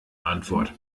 antwort